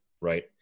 right